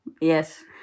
Yes